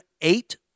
eight